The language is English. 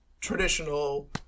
traditional